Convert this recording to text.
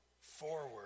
forward